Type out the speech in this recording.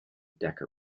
decca